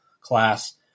class